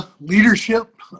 leadership